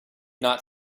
not